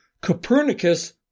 Copernicus